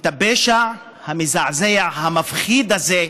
את הפשע המזעזע, המפחיד הזה,